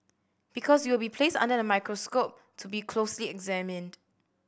because you will be placed under the microscope to be closely examined